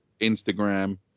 Instagram